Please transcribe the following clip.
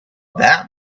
that